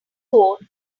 code